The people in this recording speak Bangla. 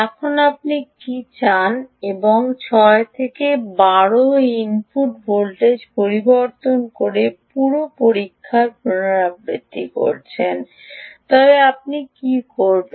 এখন আপনি কী চান এবং 6 থেকে 12 এ ইনপুট ভোল্টেজ পরিবর্তন করে পুরো পরীক্ষার পুনরাবৃত্তি করেন তবে আপনি কি করবেন